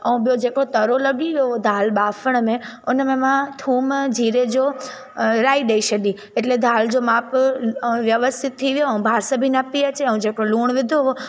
ऐं ॿियो जेको तरो लॻी वियो हो दाल ॿाफण में उन में मां थूम जीरे जो अ राई ॾेई छॾी इट्ले दाल जो माप व्यवस्थित थी वियो ऐं बांस बि न पई अचे ऐं जेको लूणु विधो